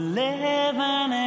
living